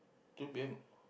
two P_M